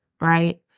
right